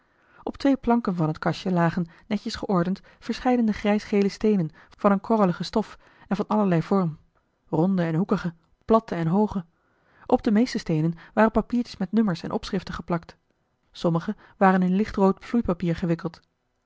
op twee planken van het kastje lagen netjes geordend verscheidene grijsgele steenen van eene korrelige stof en van allerlei vorm ronde en hoekige platte en hooge op de meeste steenen waren papiertjes met nummers en opschriften geplakt sommige waren in lichtrood vloeipapier gewikkeld